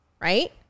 right